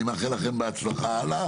אני מאחל לכם בהצלחה הלאה.